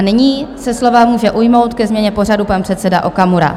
Nyní se slova může ujmout ke změně pořadu pan předseda Okamura.